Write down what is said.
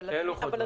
אין לוחות זמנים.